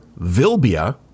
Vilbia